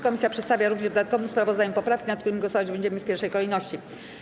Komisja przedstawia również w dodatkowym sprawozdaniu poprawki, nad którymi głosować będziemy w pierwszej kolejności.